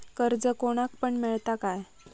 कर्ज कोणाक पण मेलता काय?